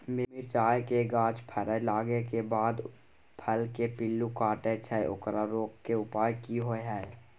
मिरचाय के गाछ फरय लागे के बाद फल में पिल्लू काटे छै ओकरा रोके के उपाय कि होय है?